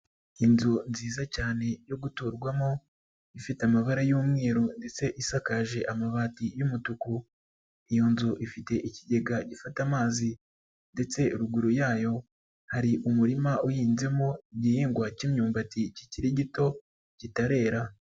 lnzu nziza cyane yo guturwamo, ifite amabara y'umweru ndetse isakaje amabati y'umutuku. lyo nzu ifite ikigega gifata amazi ,ndetse ruguru yayo hari umurima uhinzemo igihingwa cy'imyumbati kikiri gito kitarera.